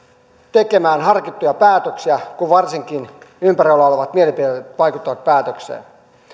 tekemään harkittuja päätöksiä kun varsinkin ympärillä olevat mielipiteet vaikuttavat päätökseen